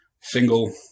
single